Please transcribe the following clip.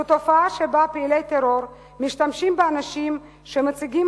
זאת תופעה שבה פעילי טרור משתמשים באנשים שמציגים